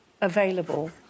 available